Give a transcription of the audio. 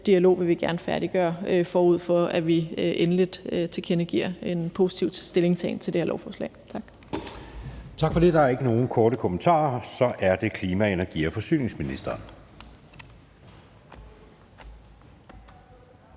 dialog vil vi gerne færdiggøre, forud for at vi endeligt tilkendegiver en positiv stillingtagen til det her lovforslag. Tak. Kl. 13:59 Anden næstformand (Jeppe Søe): Tak for det. Der er ikke nogen korte bemærkninger. Så er det klima-, energi- og forsyningsministeren.